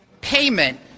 payment